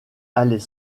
allait